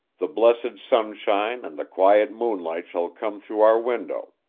the blessed sunshine and the quiet moonlight shall come through our window.